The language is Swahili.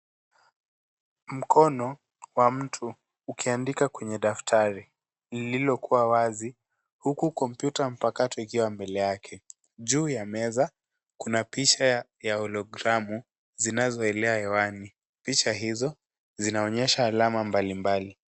Mkono wa mtu ukiandika kwenye daftari lililokuwa wazi huku kompyuta mpakato ikiwa mbele yake. Juu ya meza kuna picha ya wallgram zinazoelea hewani. Picha hizo ziaonyesha alama mbalimbali.